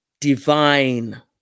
divine